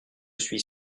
suis